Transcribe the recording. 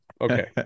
okay